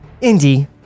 Indy